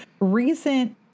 recent